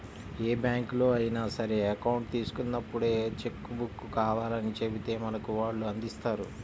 ఏ బ్యాంకులో అయినా సరే అకౌంట్ తీసుకున్నప్పుడే చెక్కు బుక్కు కావాలని చెబితే మనకు వాళ్ళు అందిస్తారు